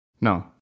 No